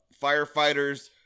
firefighters